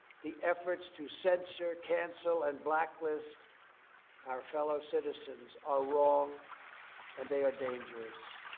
the efforts to censor, cancel and blacklist our fellow citizens are wrong and they are dangerous.